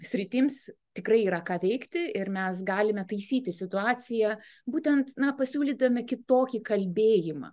sritims tikrai yra ką veikti ir mes galime taisyti situaciją būtent na pasiūlydami kitokį kalbėjimą